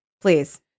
Please